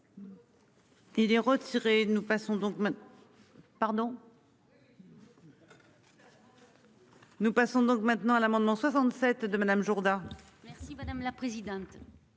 donc. Pardon. Nous passons donc maintenant à l'amendement 67 de Madame Jourda. Merci madame la présidente.